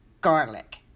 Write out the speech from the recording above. garlic